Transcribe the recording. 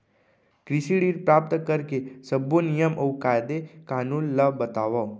कृषि ऋण प्राप्त करेके सब्बो नियम अऊ कायदे कानून ला बतावव?